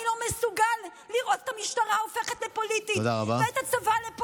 אני לא מסוגל לראות את המשטרה הופכת לפוליטית ואת הצבא,